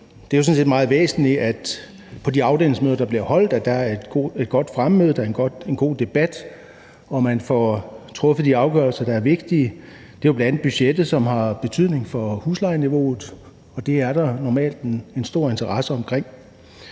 set meget væsentligt, at der på de afdelingsmøder, der bliver holdt, er et godt fremmøde og en god debat, og at man får truffet de afgørelser, der er vigtige. Det er jo bl.a. budgettet, som har betydning for huslejeniveauet, og det er der normalt en stor interesse omkring.